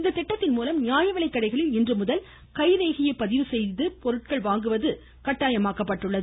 இத்திட்டத்தின்மூலம் நியாயவிலைக்கடைகளில் இன்றுமுதல் கைரேகையை பதிவு செய்து பொருட்கள் வாங்குவது கட்டாயமாக்கப்பட்டுள்ளது